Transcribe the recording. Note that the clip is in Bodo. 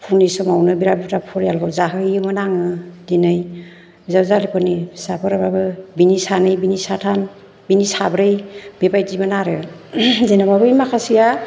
फुंनि समावनो बिराथ बुरजा फरियालबो जाहोयोमोन आङो दिनै बिजावजालिफोरनि फिसाफोरबाबो बिनि सानै बिनि साथाम बिनि साब्रै बेबायदिमोन आरो जेन'बा बै माखासेया